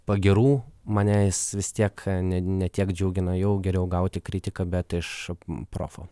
pagyrų mane jis vis tiek ne ne tiek džiugina jau geriau gauti kritiką bet iš profų